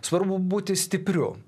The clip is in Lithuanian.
svarbu būti stipriu